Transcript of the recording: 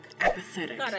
apathetic